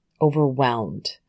overwhelmed